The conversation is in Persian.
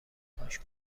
کنکاش